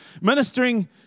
Ministering